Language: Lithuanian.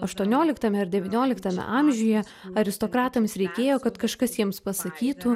aštuonioliktame ir devynioliktame amžiuje aristokratams reikėjo kad kažkas jiems pasakytų